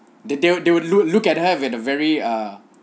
the they they would look look at her at a very ah